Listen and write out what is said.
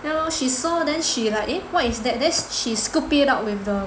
ya lor she saw then she like eh what is that then she scoop it out with the